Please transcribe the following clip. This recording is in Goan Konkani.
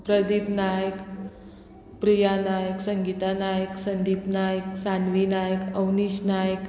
प्रदीप नायक प्रिया नायक संगीता नायक संदीप नायक सानवी नायक अवनीश नायक